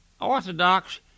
orthodox